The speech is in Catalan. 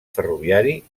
ferroviari